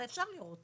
הרי אפשר לראות.